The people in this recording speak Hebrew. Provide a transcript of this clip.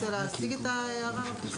שי סומך, אתה רוצה להציג את ההערה?